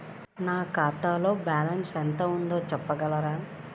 నా ఖాతాలో బ్యాలన్స్ ఎంత ఉంది చెప్పగలరా?